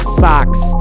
socks